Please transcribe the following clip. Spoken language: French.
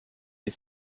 les